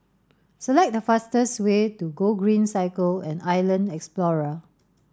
select the fastest way to Gogreen Cycle and Island Explorer